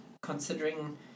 considering